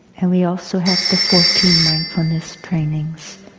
and we also have the fourteen mindfulness trainings.